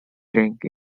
drink